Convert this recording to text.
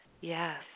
Yes